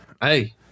Hey